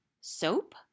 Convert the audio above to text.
soap